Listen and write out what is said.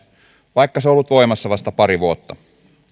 vaikka se on ollut voimassa vasta pari vuotta